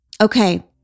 Okay